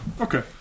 Okay